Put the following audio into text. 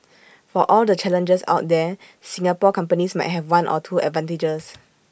for all the challenges out there Singapore companies might have one or two advantages